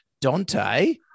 Dante